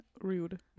Rude